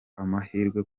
amahirwe